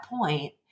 point